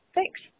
Thanks